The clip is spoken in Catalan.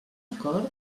acord